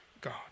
God